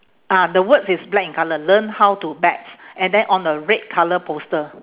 ah the words is black in colour learn how to bets and then on a red colour poster